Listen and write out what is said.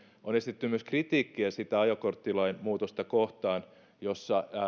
on esitetty myös kritiikkiä sitä ajokorttilain muutosta kohtaan jossa